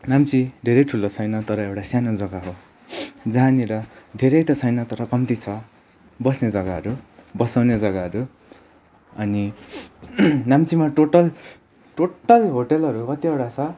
नाम्ची धेरै ठुलो छैन तर एउटा सानो जग्गा हो जहाँनिर धेरै त छैन तर कम्ती छ बस्ने जग्गाहरू बसाउने जग्गाहरू अनि नाम्चीमा टोटल टोटल होटेलहरू कतिवटा छ